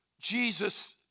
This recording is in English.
Jesus